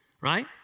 right